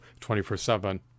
24-7